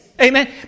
Amen